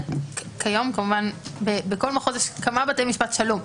כיום כמובן בכל מחוז יש כמה בתי משפט שלום,